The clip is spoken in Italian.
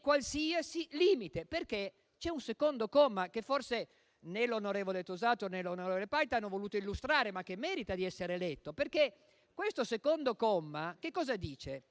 qualsiasi limite, perché c'è un secondo comma che forse né l'onorevole Tosato né l'onorevole Paita hanno voluto illustrare, ma che merita di essere letto. Questo secondo comma infatti dice